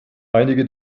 einige